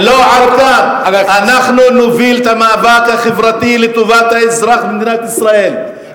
אנחנו נוביל את המאבק החברתי לטובת האזרח במדינת ישראל,